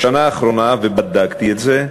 בשנה האחרונה, ובדקתי את זה,